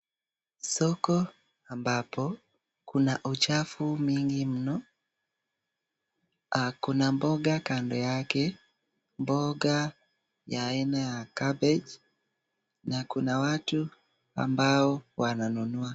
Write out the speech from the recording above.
Soko ambapo kuna uchafu mingi mno. Kuna mboga kando yake, mboga ya aina ya kabeji na kuna watu ambao wananunua.